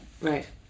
Right